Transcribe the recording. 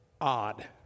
odd